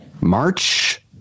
March